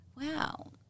wow